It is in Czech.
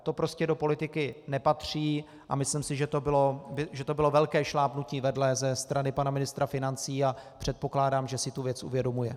To prostě do politiky nepatří a myslím si, že to bylo velké šlápnutí vedle ze strany pana ministra financí, a předpokládám, že si tu věc uvědomuje.